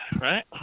right